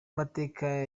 mateka